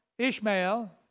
Ishmael